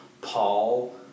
Paul